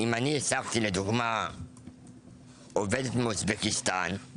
אם אני העסקתי לדוגמה עובדת מאוזבקיסטן,